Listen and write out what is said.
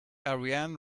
ariane